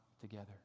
together